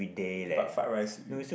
but fried rice